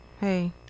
Hey